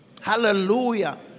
Hallelujah